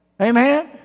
Amen